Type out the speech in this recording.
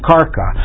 Karka